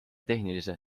tehnilise